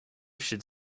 should